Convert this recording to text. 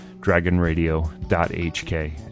DragonRadio.hk